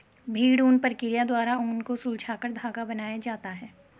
भेड़ ऊन प्रक्रिया द्वारा ऊन को सुलझाकर धागा बनाया जाता है